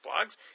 blogs